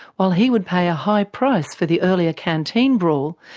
while he would pay a high price for the earlier canteen brawl,